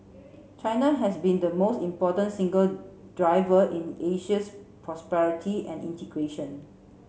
China has been the most important single driver in Asia's prosperity and integration